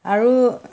আৰু